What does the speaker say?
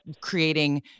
creating